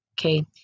okay